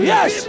Yes